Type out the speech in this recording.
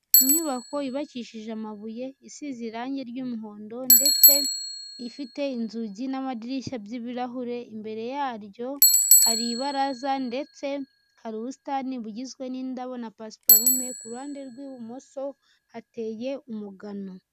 Inyubako yubakishije amabuye, isize irangi ry'umuhondo ndetse ifite inzugi n'amadirishya by'ibirahure, imbere yaryo hari ibaraza ndetse hari ubusitani bugizwe n'indabo na pasiparume, ku ruhande rw'ibumoso hateye umugano.